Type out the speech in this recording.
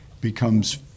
becomes